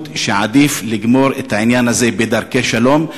שעדיף לגמור את העניין הזה בדרכי שלום.